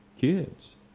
kids